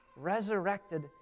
resurrected